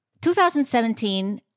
2017